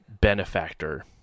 benefactor